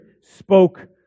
spoke